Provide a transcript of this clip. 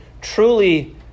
truly